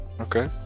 okay